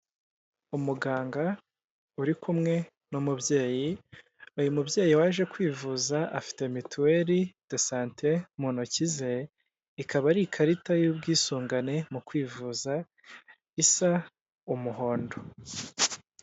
Umuganga uri kumwe n'umubyeyi, uyu mubyeyi waje kwivuza afite mituweli de sante mu ntoki ze, ikaba ari ikarita y'ubwisungane mu kwivuza, isa umuhondo.